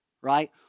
right